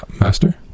Master